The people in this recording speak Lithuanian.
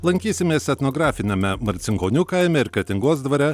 lankysimės etnografiniame marcinkonių kaime ir kretingos dvare